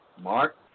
Mark